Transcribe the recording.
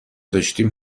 داشتیم